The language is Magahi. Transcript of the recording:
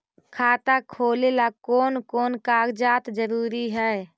खाता खोलें ला कोन कोन कागजात जरूरी है?